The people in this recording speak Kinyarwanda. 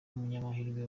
munyamahirwe